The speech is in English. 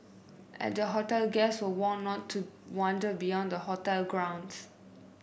at the hotel guests were warned not to wander beyond the hotel grounds